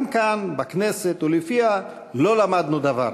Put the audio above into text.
גם כאן בכנסת, כי לא למדנו דבר.